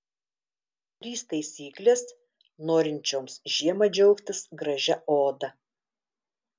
trys taisyklės norinčioms žiemą džiaugtis gražia oda